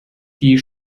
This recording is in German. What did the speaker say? die